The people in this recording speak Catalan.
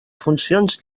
funcions